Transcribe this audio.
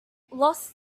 lost